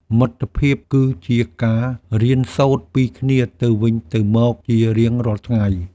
មិត្តភាពគឺជាការរៀនសូត្រពីគ្នាទៅវិញទៅមកជារៀងរាល់ថ្ងៃ។